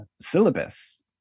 syllabus